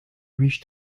reached